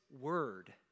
word